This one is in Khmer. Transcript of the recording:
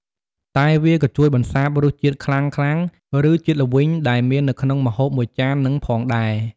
តែវាក៏ជួយបន្សាបរសជាតិខ្លាំងៗ ឬជាតិល្វីងដែលមាននៅក្នុងម្ហូបមួយចាននឹងផងដែរ។